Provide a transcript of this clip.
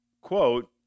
quote